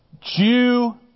Jew